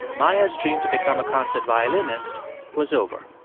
maya's dream to become a concert violinist was over.